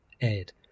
ed